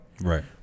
Right